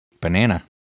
Banana